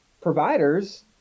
providers